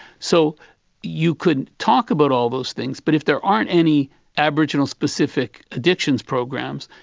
so you could talk about all those things, but if there aren't any aboriginal-specific addictions programs,